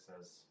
says